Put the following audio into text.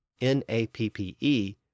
N-A-P-P-E